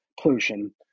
pollution